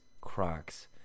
Crocs